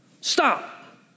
Stop